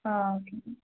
ആ ഓക്കെ